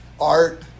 Art